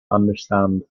understand